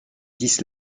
dix